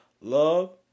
Love